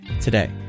today